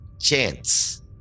chance